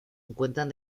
encuentran